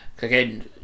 again